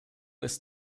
ist